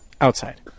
Outside